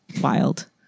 wild